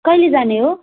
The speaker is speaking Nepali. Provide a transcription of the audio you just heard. कहिले जाने हो